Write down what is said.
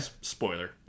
spoiler